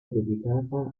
dedicata